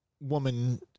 woman